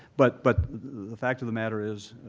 but but the fact of the matter is,